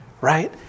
Right